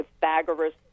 Pythagoras